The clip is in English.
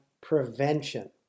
prevention